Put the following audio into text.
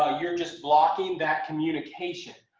ah you're just blocking that communication